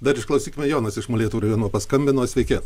dar išklausykime jonas iš molėtų rajono paskambino sveiki